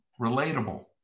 relatable